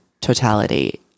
totality